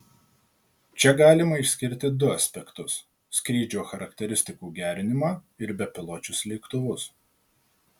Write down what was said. čia galima išskirti du aspektus skrydžio charakteristikų gerinimą ir bepiločius lėktuvus